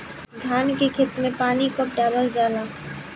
धान के खेत मे पानी कब डालल जा ला?